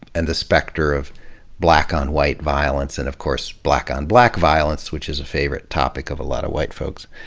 and the specter of black-on-white violence, and of course black-on-black violence which is a favorite topic of a lot of white folks.